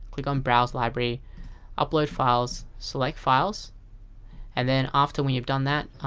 click on browse library upload files, select files and then after when you've done that,